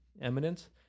eminence